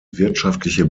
wirtschaftliche